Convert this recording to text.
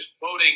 voting